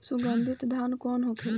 सुगन्धित धान कौन होखेला?